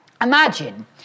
Imagine